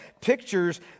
pictures